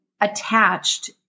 attached